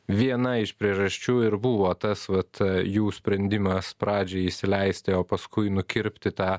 viena iš priežasčių ir buvo tas vat jų sprendimas pradžiai įsileisti o paskui nukirpti tą